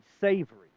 savory